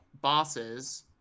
bosses